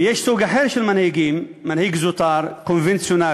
ויש סוג אחר של מנהיגים, מנהיג זוטר, קונבנציונלי,